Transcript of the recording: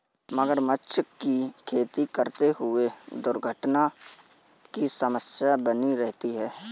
मगरमच्छ की खेती करते हुए दुर्घटना की समस्या बनी रहती है